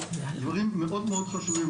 דברים מאוד מאוד חשובים,